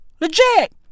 Legit